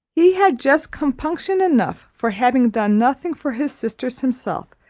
he had just compunction enough for having done nothing for his sisters himself,